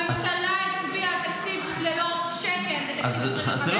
הממשלה הצביעה על תקציב ללא שקל לתקציב 2025,